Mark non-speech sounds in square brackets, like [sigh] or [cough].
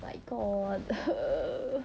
my god [noise]